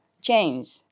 Change